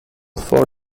for